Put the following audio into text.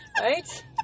Right